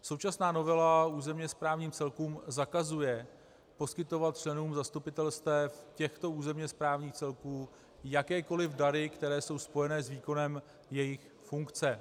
Současná novela územněsprávním celkům zakazuje poskytovat členům zastupitelstev těchto územněsprávních celků jakékoliv dary, které jsou spojeny s výkonem jejich funkce.